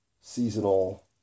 seasonal